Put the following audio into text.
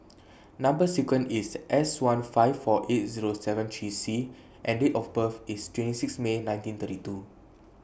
Number sequence IS S one five four eight Zero seven three C and Date of birth IS twenty six May nineteen thirty two